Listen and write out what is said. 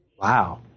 Wow